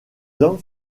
hommes